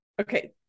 Okay